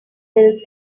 build